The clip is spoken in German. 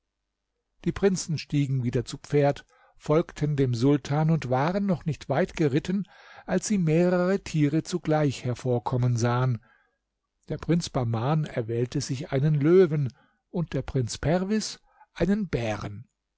die prinzen stiegen wieder zu pferd folgten dem sultan und waren noch nicht weit geritten als sie mehrere tiere zugleich hervorkommen sahen der prinz bahman erwählte sich einen löwen und der prinz perwis einen bären